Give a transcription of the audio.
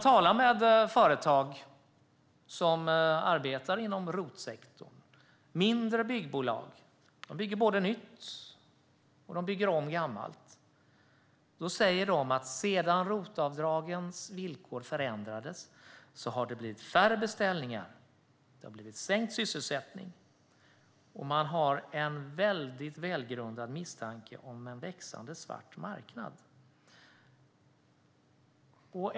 De företag som arbetar inom ROT-sektorn, mindre byggbolag som både bygger nytt och bygger om gammalt, säger att sedan ROT-avdragens villkor förändrades har det blivit färre beställningar och minskad sysselsättning, och man har en välgrundad misstanke om en växande svart marknad.